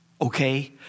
okay